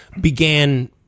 began